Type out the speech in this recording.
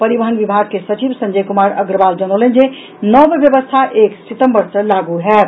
परिवहन विभाग के सचिव संजय कुमार अग्रवाल जनौलनि जे नव व्यवस्था एक सितम्बर सॅ लागू होयत